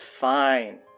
fine